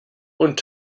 und